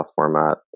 format